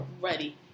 ready